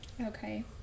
okay